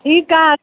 ठीकु आहे